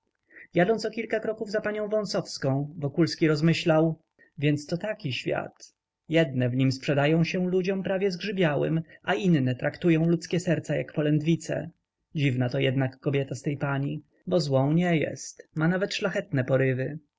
jadąc o kilka kroków za panią wąsowską wokulski rozmyślał więc to taki świat jedne w nim sprzedają się ludziom prawie zgrzybiałym a inne traktują ludzkie serca jak polędwice dziwna to jednak kobieta z tej pani bo złą nie jest ma nawet szlachetne porywy